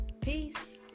peace